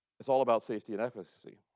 it's all about safety and efficacy.